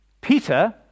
Peter